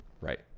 Right